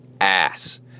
ass